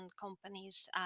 companies